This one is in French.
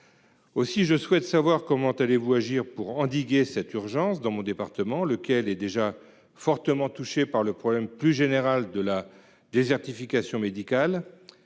Aussi je souhaite savoir comment allez vous agir pour endiguer cette urgence dans mon département, lequel est déjà fortement touchée par le problème plus général de la désertification médicale.